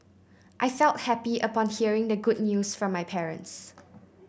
I felt happy upon hearing the good news from my parents